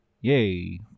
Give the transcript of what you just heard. Yay